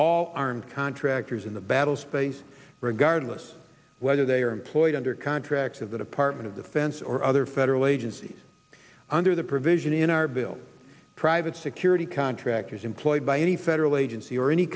all armed contractors in the battle space regardless whether they are employed under contracts of the department of defense or other federal agencies under the provision in our bill private security contractors employed by any federal agency or any